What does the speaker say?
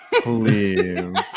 Please